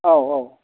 औ औ